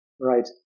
right